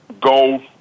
go